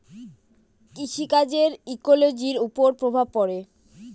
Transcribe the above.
কৃষি কাজের ইকোলোজির ওপর প্রভাব পড়ে